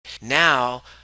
Now